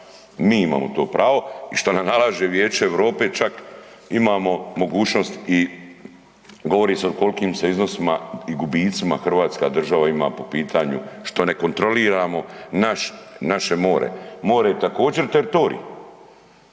Mi imamo to pravo i što nam nalaže Vijeće Europe čak imamo mogućnost i govori se o kolkim se iznosima i gubicima hrvatska država ima po pitanju što ne kontroliramo naš, naše more. More je također teritorij.